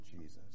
Jesus